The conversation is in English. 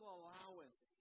allowance